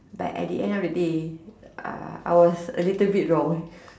but at the end of the day I was a little bit wrong